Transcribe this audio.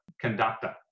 conductor